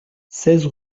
seize